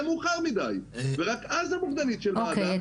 מאוחר מידי ורק אז המוקדנית של מד"א -- אוקי,